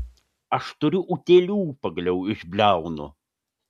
aš turiu utėlių pagaliau išbliaunu